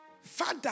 Father